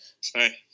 Sorry